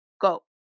Go